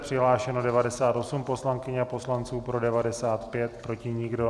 Přihlášeno 98 poslankyň a poslanců, pro 95, proti nikdo.